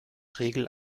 regel